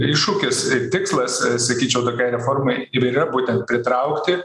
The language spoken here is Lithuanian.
iššūkis ir tikslas sakyčiau tokiai reformai ir yra būtent pritraukti